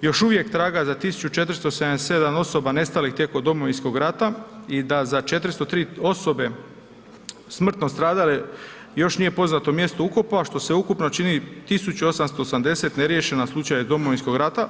još uvijek traga za 1477 osoba nestalih tijekom Domovinskog rata i da za 403 osobe smrtno stradale još nije poznato mjesto ukopa što se ukupno čini 1880 ne riješena slučaja iz Domovinskog rata.